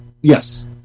Yes